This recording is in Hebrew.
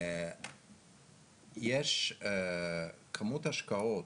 יש כמות השקעות